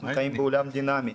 אנחנו חיים בעולם דינמי.